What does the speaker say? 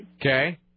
Okay